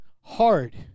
hard